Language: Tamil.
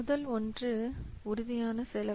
முதல் ஒன்று உறுதியான செலவு